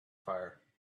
fire